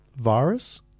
virus